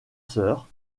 sœurs